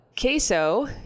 queso